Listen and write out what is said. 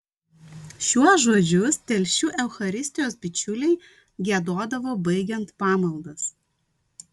šiuos žodžius telšių eucharistijos bičiuliai giedodavo baigiant pamaldas